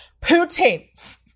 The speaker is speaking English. Poutine